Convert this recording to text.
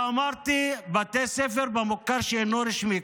ואמרתי שבתי ספר במוכר שאינו רשמי,